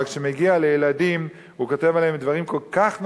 אבל כשזה מגיע לילדים הוא כותב עליהם דברים כל כך נוראים,